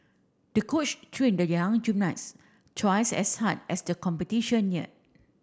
the coach trained the young gymnast twice as hard as the competition neared